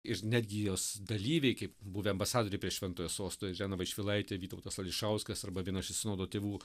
ir netgi jos dalyviai kaip buvę ambasadoriai prie šventojo sosto irena vaišvilaitė vytautas ališauskas arba vienas iš sinodo tėvų